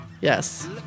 Yes